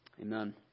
Amen